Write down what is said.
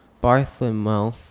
Bartholomew